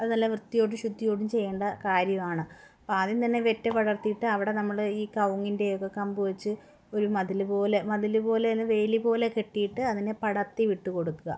അത് നല്ല വൃത്തിയോടും ശുദ്ധിയോടും ചെയ്യേണ്ട കാര്യമാണ് അപ്പം ആദ്യം തന്നെ വെട്ടി പടർത്തിയിട്ട് അവിടെ നമ്മൾ ഈ കവുങ്ങിൻ്റെയൊക്കെ കമ്പ് വച്ച് ഒരു മതിൽ പോലെ മതിൽ പോലെത്തന്നെ വെയിൽ പോലെ കെട്ടിയിട്ട് അതിനെ പടർത്തി വിട്ട് കൊടുക്കുക